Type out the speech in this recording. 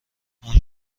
اون